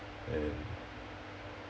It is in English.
and